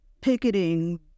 picketing